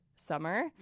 Summer